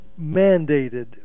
mandated